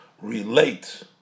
relate